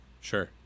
sure